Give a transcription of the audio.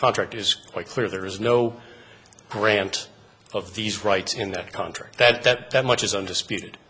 contract is quite clear there is no grant of these rights in that country that that that much is undisputed